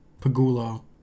Pagula